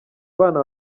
bana